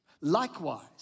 likewise